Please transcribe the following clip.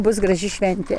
bus graži šventė